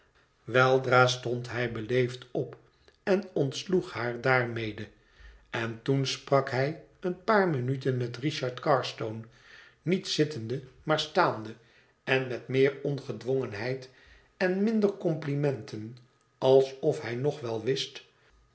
weldra stond hij beleefd op en ontsloeg haar daarmede en toen sprak hij een paar minuten met richard carstone niet zittende maar staande en met meer ongedwongenheid en minder complimenten alsof hij nog wel wist